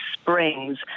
Springs